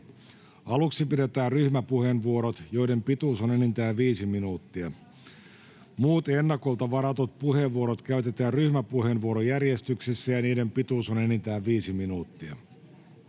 Aluksi pidetään ryhmäpuheenvuorot, joiden pituus on enintään viisi minuuttia. Muut ennakolta varatut puheenvuorot käytetään ryhmäpuheenvuorojärjestyksessä, ja niiden pituus on enintään viisi minuuttia.